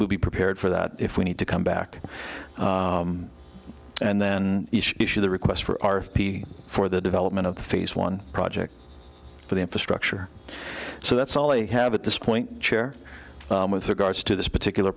we'll be prepared for that if we need to come back and then issue the request for our p for the development of the phase one project for the infrastructure so that's all they have at this point chair with regards to this particular